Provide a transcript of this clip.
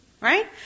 Right